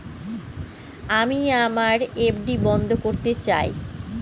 আমি আমার এফ.ডি বন্ধ করতে চাই